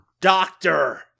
doctor